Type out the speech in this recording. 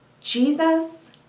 Jesus